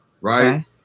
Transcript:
right